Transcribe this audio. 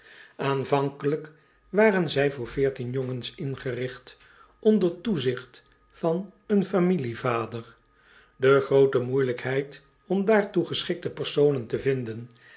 aanvankelijk waren zij voor veertien jongens ingerigt onder toezigt van een familievader de groote moeijelijkheid om daartoe geschikte personen te vinden